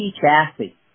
chassis